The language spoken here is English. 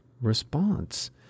response